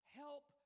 help